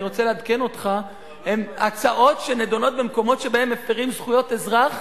אני רוצה לעדכן אותך שהן הצעות שנדונות במקומות שבהם מפירים זכויות אזרח